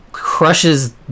Crushes